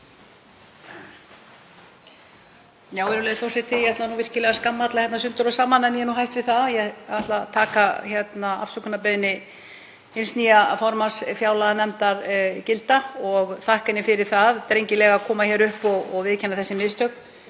Virðulegur forseti. Ég ætlaði virkilega að skamma hér alla sundur og saman en ég er nú hætt við það. Ég ætla að taka afsökunarbeiðni hins nýja formanns fjárlaganefndar gilda og þakka henni fyrir það drengilega að koma hingað upp og viðurkenna þessi mistök.